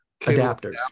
adapters